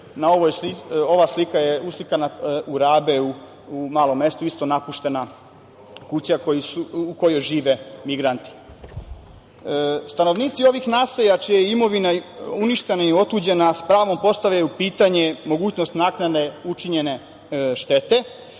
Ova slika je uslikana u Rabeu, malo mesto, isto napuštena kuća u kojoj žive migranti. Stanovnici ovih naselja čija je imovina uništena i otuđena s pravom postavljaju pitanje mogućnosti naknadne učinjene štete.